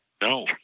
No